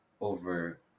over